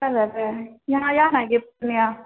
तुहो या ने गीत सुनिहे